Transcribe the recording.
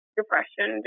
depression